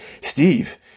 Steve